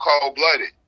cold-blooded